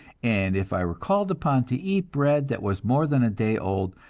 and if i were called upon to eat bread that was more than a day old,